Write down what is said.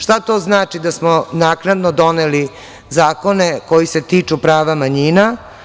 Šta to znači da smo naknadno doneli zakone koji se tiču prava manjina?